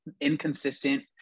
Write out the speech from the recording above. inconsistent